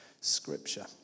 Scripture